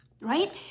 right